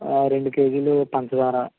రెండు కేజీలు పంచదార